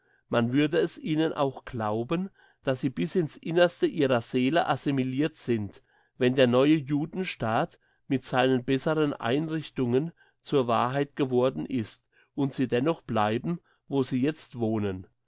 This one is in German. man würde es ihnen auch glauben dass sie bis in's innerste ihrer seele assimilirt sind wenn der neue judenstaat mit seinen besseren einrichtungen zur wahrheit geworden ist und sie dennoch bleiben wo sie jetzt wohnen